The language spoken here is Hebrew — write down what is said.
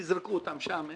תזרקו אותם שם,